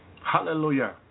Hallelujah